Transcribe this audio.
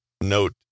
Note